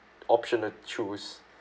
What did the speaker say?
option to choose